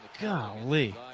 Golly